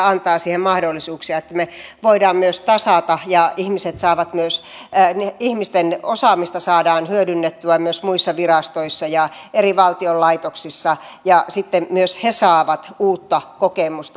tämä antaa siihen mahdollisuuksia että me voimme myös tasata ja ihmisten osaamista saadaan hyödynnettyä myös muissa virastoissa ja valtion eri laitoksissa ja sitten myös he saavat uutta kokemusta